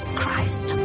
christ